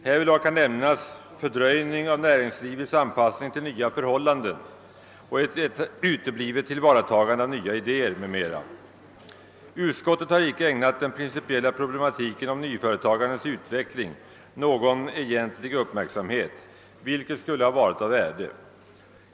Här kan nämnas fördröjning av näringslivets anpassning till nya förhållanden, uteblivet tillvaratagande av nya idéer m.m. Utskottet har inte ägnat den principiella problematiken om nyföretagandets utveckling någon egentlig uppmärksamhet, vilket skulle ha varit av värde.